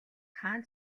хаан